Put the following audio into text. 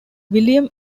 william